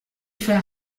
fra